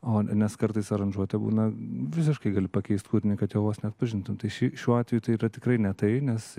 o ne nes kartais aranžuotė būna visiškai gali pakeist kūrinį kad jo vos neatpažintum tai ši šiuo atveju tai yra tikrai ne tai nes